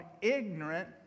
ignorant